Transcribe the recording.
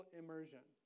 immersion